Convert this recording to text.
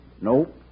Nope